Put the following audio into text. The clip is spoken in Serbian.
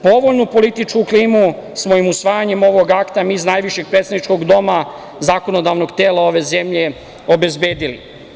Povoljnu političku klimu smo, usvajanjem ovog akta mi iz najvišeg predstavničkog doma, zakonodavnog tela ove zemlje, obezbedili.